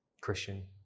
christian